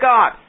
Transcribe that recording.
God